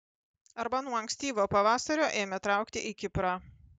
arba nuo ankstyvo pavasario ėmė traukti į kiprą